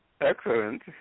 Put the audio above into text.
Excellent